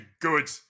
good